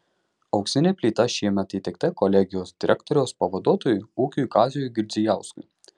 auksinė plyta šiemet įteikta kolegijos direktoriaus pavaduotojui ūkiui kaziui girdzijauskui